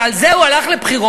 ועל זה הוא הלך לבחירות,